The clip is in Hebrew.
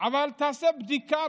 את זה, אבל תעשה רגע בדיקה: